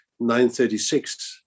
936